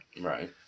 Right